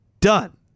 done